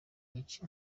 yica